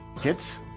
Hits